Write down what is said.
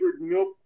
milk